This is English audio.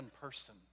person